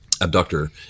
abductor